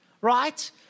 right